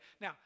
Now